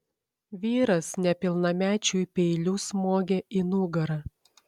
vyras nepilnamečiui peiliu smogė į nugarą